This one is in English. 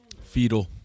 Fetal